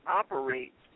operate